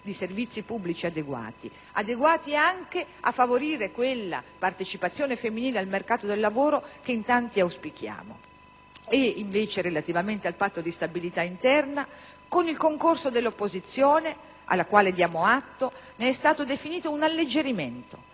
di servizi pubblici adeguati; adeguati anche a favorire quella partecipazione femminile al mercato del lavoro che in tanti auspichiamo. Relativamente al Patto di stabilità interno, con il concorso dell'opposizione, alla quale diamo atto, ne è stato definito un alleggerimento,